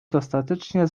dostatecznie